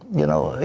you know,